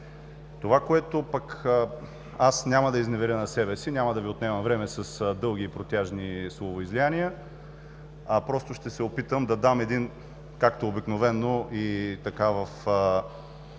дуплики. Аз няма да изневеря на себе си, няма да Ви отнемам време с дълги и протяжни словоизлияния, а просто ще се опитам да дам един, както обикновено, така и